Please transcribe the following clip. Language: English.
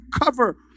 cover